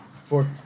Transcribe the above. Four